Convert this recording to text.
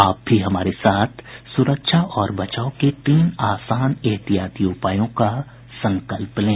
आप भी हमारे साथ सुरक्षा और बचाव के तीन आसान एहतियाती उपायों का संकल्प लें